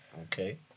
Okay